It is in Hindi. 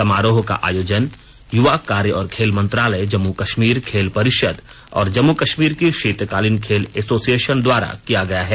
समारोह का आयोजन युवा कार्य और खेल मंत्रालय जम्मू कश्मीर खेल परिषद और जम्मू कश्मीर की शीतकालीन खेल एसोसिएशन द्वारा किया गया है